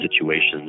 situations